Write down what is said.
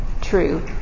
true